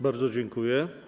Bardzo dziękuję.